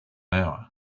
hour